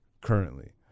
currently